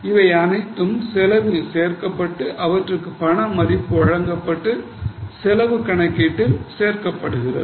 இவை அனைத்தும் செலவில் சேர்க்கப்பட்டு அவற்றுக்கு பண மதிப்பு வழங்கப்பட்டு செலவு கணக்கீட்டில் சேர்க்கப்படுகிறது